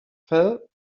fell